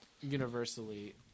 universally